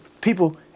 people